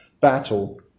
battle